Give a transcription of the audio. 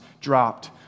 dropped